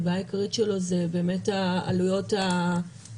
הבעיה העיקרית שלו היא באמת עלויות האשראי.